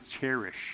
cherish